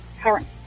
current